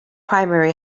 primary